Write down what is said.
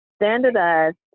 Standardized